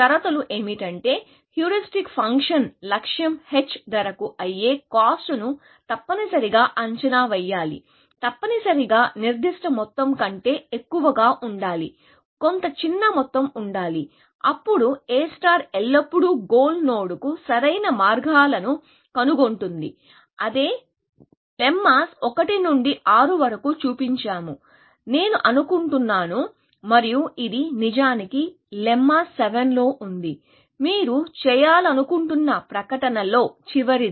షరతులు ఏమిటంటే heuristic function లక్ష్యం h ధరకు అయ్యే కాస్ట్ను తప్పనిసరిగా అంచనా వేయాలి తప్పనిసరిగా నిర్దిష్ట మొత్తం కంటే ఎక్కువగా ఉండాలి కొంత చిన్న మొత్తం ఉండాలి అప్పుడు A ఎల్లప్పుడూ గోల్ నోడ్కు సరైన మార్గాలను కనుగొంటుంది అదే మేము లెమ్మాస్ 1 నుండి 6 వరకు చూపించాము నేను అనుకుంటున్నాను మరియు ఇది నిజానికి లెమ్మా 7లో ఉంది మీరు చేయాలనుకుంటున్న ప్రకటనలలో చివరిది